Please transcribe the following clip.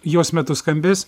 jos metu skambės